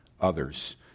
others